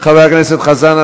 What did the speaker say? חבר הכנסת חזן,